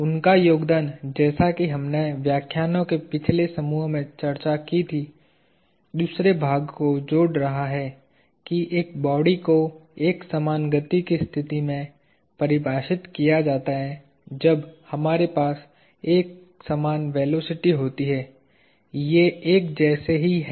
उनका योगदान जैसा कि हमने व्याख्यानों के पिछले समूह में चर्चा की थी दूसरे भाग को जोड़ रहा है कि एक बॉडी को एकसमान गति की स्थिति में परिभाषित किया जाता है जब हमारे पास एकसमान वेलोसिटी होती है ये एक जैसे ही है